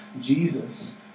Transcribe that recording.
Jesus